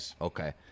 okay